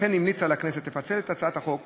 ולכן המליצה לכנסת לפצל את הצעת החוק,